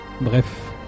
Bref